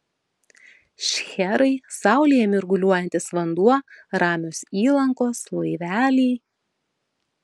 šcherai saulėje mirguliuojantis vanduo ramios įlankos laiveliai